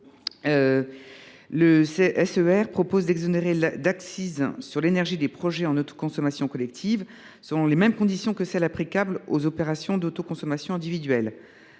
amendement vise à exonérer d’accise sur l’énergie des projets en autoconsommation collective, selon les mêmes conditions que celles qui s’appliquent aux opérations d’autoconsommation individuelle.